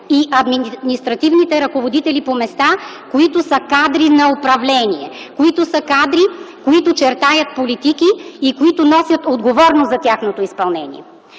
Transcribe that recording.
и административните ръководители по места, които са кадри на управление, които чертаят политики и носят отговорност за тяхното изпълнение.